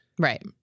right